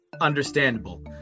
Understandable